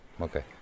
Okay